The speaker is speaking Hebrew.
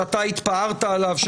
שאתה התפארת עליו,